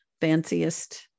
fanciest